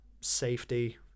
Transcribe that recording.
safety